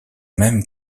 même